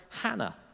Hannah